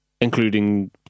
including